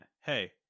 hey